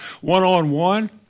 one-on-one